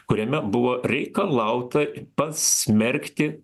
kuriame buvo reikalauta pasmerkti